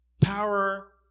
power